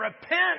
Repent